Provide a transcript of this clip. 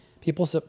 people